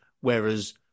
whereas